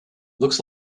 looks